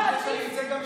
שפספסת לדבר עליו?